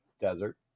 Desert